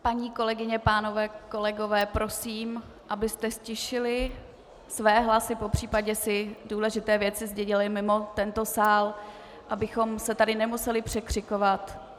Paní kolegyně, pánové kolegové, prosím, abyste ztišili své hlasy, popřípadě si důležité věci sdělili mimo tento sál, abychom se tady nemuseli překřikovat.